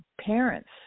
Parents